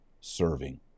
serving